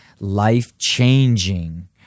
life-changing